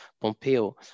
Pompeo